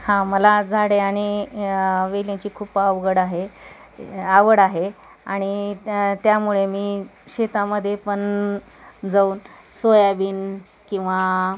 हां मला झाडे आणि वेलीची खूप आवघड आहे आवड आहे आणि त्या त्यामुळे मी शेतामध्ये पण जाऊन सोयाबीन किंवा